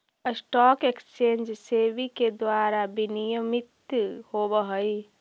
stock exchange SEBI के द्वारा विनियमित होवऽ हइ